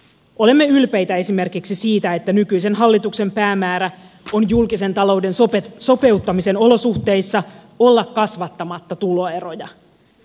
olemme ylpeitä esimerkiksi siitä että nykyisen hallituksen päämäärä on julkisen talouden sopeuttamisen olosuhteissa olla kasvattamatta tuloeroja